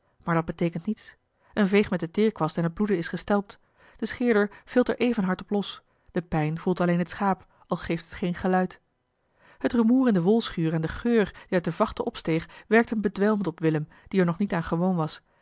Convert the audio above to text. maar dat beteekent niets een veeg met den teerkwast en het bloeden is gestelpt de scheerder vilt er even hard op los de pijn voelt alleen het schaap al geeft het geen geluid t rumoer in de wolschuur en de geur die uit de vachten opsteeg werkten bedwelmend op willem die er nog niet aan gewoon was